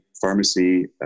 pharmacy